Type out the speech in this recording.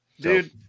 Dude